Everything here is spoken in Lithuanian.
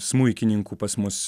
smuikininkų pas mus